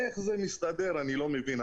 אך זה מסתדר, אני לא מבין.